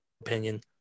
opinion